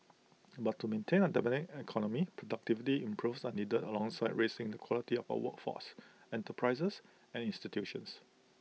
but to maintain A dynamic economy productivity improvements are needed alongside raising the quality of the workforce enterprises and institutions